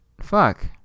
Fuck